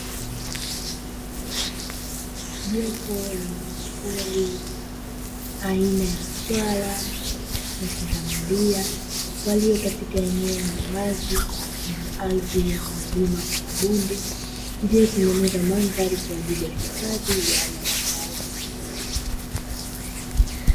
Jopo la wanyamapori, aina ya swala na pundamilia, walio katika eneo la wazi lenye ardhi yenye milima na mabonde, iliyotengeneza mandhari kwa ajili ya hifadhi ya wanyama hao.